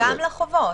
גם לחובות.